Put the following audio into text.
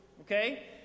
okay